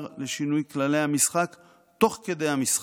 לשינוי כללי המשחק תוך כדי המשחק.